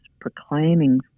proclaiming